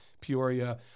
Peoria